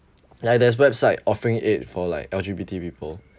like there's website offering aid for like L_G_B_T people